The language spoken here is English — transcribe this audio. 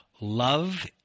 love